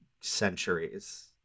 centuries